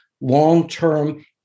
long-term